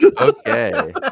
Okay